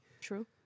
True